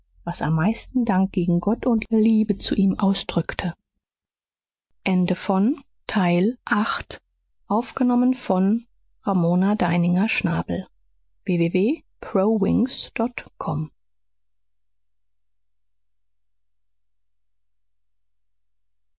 was am meisten dank gegen gott und liebe zu ihm ausdrückte